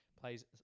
plays